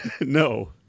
No